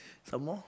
some more